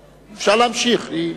לא,